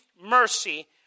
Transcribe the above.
mercy